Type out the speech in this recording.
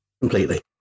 Completely